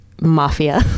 Mafia